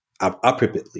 appropriately